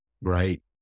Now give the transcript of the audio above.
Right